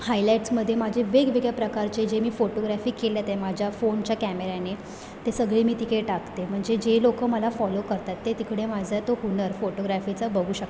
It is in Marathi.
हायलाईट्समध्ये माझे वेगवेगळ्या प्रकारचे जे मी फोटोग्रॅफी केल्या त्या माझ्या फोनच्या कॅमेऱ्याने ते सगळे मी तिकडे टाकते म्हणजे जे लोक मला फॉलो करतात ते तिकडे माझा तो हुनर फोटोग्रॅफीचा बघू शकतात